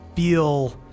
feel